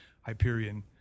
hyperion